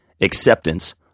Acceptance